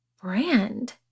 brand